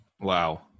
Wow